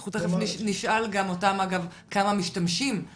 אנחנו תיכף נשאל גם אותם אגב כמה משתמשים.